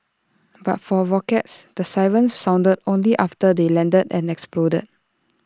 but for rockets the sirens sounded only after they landed and exploded